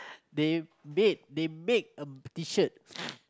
they made they make a t-shirt